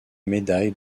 médaille